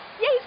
Yay